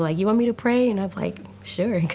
like you want me to pray? and i'm, like, sure,